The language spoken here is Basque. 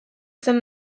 zen